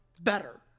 better